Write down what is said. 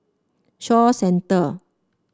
Shaw Centre